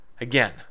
Again